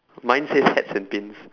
mine says hats and pins